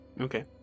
Okay